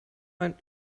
ein